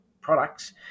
products